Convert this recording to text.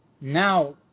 now